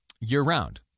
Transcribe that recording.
year-round